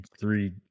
three